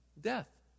Death